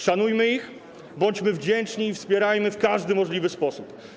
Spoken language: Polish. Szanujmy ich, bądźmy im wdzięczni i wspierajmy ich w każdy możliwy sposób.